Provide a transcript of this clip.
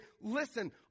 listen